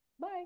Bye